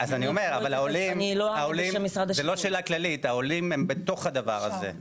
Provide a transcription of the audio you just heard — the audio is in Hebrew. זאת לא שאלה כללית העולים הם בתוך הדבר הזה.